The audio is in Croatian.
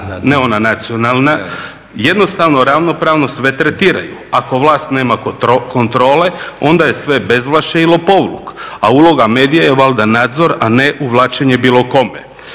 ne ona nacionalna jednostavno ravnopravno sve tretiraju. Ako vlast nema kontrole onda je sve bezvlašće i lopovluk, a uloga medija je valjda nadzor, a ne uvlačenje bilo kome.